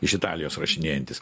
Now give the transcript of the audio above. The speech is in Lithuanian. iš italijos rašinėjantis